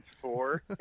four